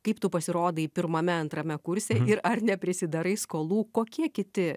kaip tu pasirodai pirmame antrame kurse ir ar neprisidarai skolų kokie kiti